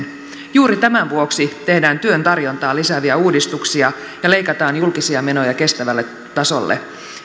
juuri tämän vuoksi tehdään työn tarjontaa lisääviä uudistuksia ja leikataan julkisia menoja kestävälle tasolle